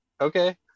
okay